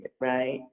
right